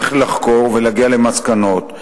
איך לחקור ולהגיע למסקנות.